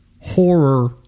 horror